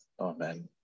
Amen